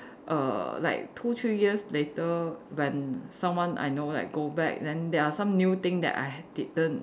err like two three years later when someone I know like go back then there are some new thing that I ha~ didn't